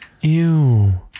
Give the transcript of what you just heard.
Ew